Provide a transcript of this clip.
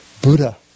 Buddha